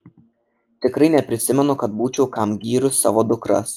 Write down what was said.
tikrai neprisimenu kad būčiau kam gyrus savo dukras